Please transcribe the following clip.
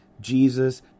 jesus